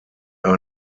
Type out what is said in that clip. are